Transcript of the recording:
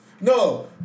No